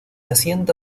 asienta